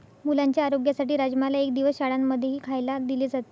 मुलांच्या आरोग्यासाठी राजमाला एक दिवस शाळां मध्येही खायला दिले जाते